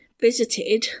visited